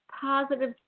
positive